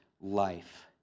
life